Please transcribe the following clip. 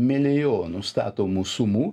milijonų statomų sumų